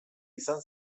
izan